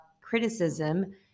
criticism